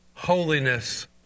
Holiness